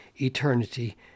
eternity